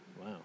Wow